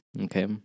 okay